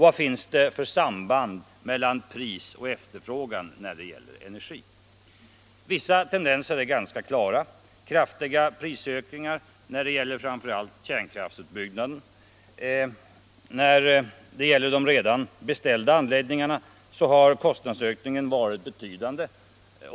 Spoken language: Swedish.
Vad finns det för samband mellan pris och efterfrågan när det gäller energi? Vissa tendenser är ganska klara, t.ex. den kraftiga prisökningen för kärnkraftsutbyggnaden. När det gäller de redan beställda anläggningarna har kostnadsökningen varit betydande.